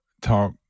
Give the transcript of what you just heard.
talk